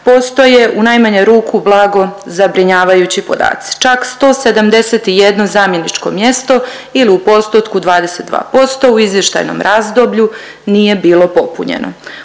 postoje u najmanju ruku blago zabrinjavajući podaci, čak 171 zamjeničko mjesto ili u postotku 22% u izvještajnom razdoblju nije bilo popunjeno.